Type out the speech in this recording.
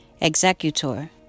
Executor